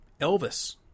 Elvis